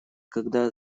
когда